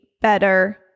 better